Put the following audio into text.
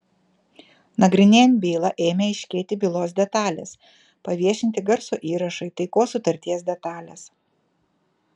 nagrinėjant bylą ėmė aiškėti bylos detalės paviešinti garso įrašai taikos sutarties detalės